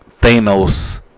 Thanos